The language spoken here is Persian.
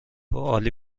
عالی